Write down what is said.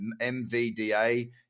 MVDA